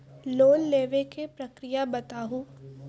Loan लेवे के प्रक्रिया बताहू?